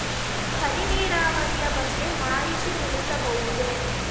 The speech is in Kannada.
ಹನಿ ನೀರಾವರಿಯ ಬಗ್ಗೆ ಮಾಹಿತಿ ತಿಳಿಸಬಹುದೇ?